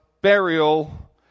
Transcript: burial